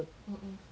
mmhmm